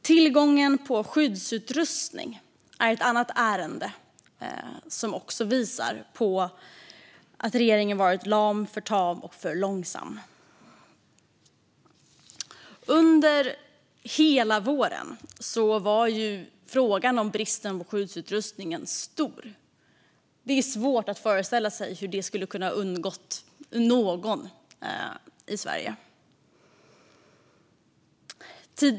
Tillgången på skyddsutrustning är ett annat ärende som också visar på att regeringen har varit för lam, för tam och för långsam. Under hela våren var ju frågan om bristen på skyddsutrustning stor. Det är svårt att föreställa sig hur det skulle kunnat undgå någon i Sverige.